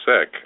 sick